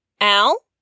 Al